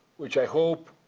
which i hope,